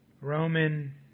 Roman